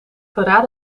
verraadt